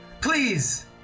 Please